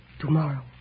tomorrow